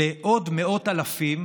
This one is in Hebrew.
עוד מאות אלפים,